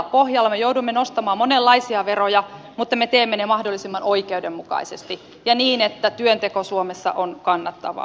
me joudumme nostamaan monenlaisia veroja mutta me teemme ne mahdollisimman oikeudenmukaisesti ja niin että työnteko suomessa on kannattavaa